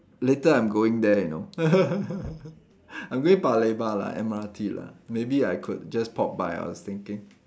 later I'm going there you know I'm going Paya-Lebar lah M_R_T lah maybe I could just pop by I was thinking